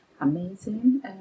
amazing